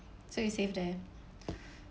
so you save there